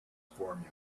formula